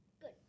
Good